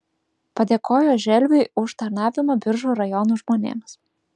padėkojo želviui už tarnavimą biržų rajono žmonėms